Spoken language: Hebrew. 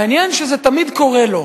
מעניין שזה תמיד קורה לו,